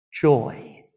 joy